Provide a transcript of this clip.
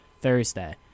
Thursday